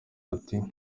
ati